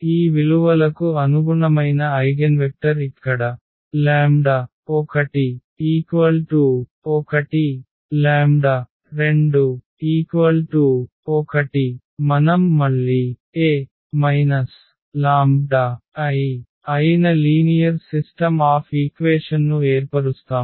ఈ విలువలకు అనుగుణమైన ఐగెన్వెక్టర్ ఇక్కడ 1121 మనం మళ్ళీ A λI అయిన లీనియర్ సిస్టమ్ ఆఫ్ ఈక్వేషన్ను ఏర్పరుస్తాము